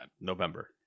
November